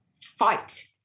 fight